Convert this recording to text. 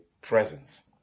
Presence